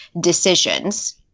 decisions